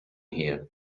her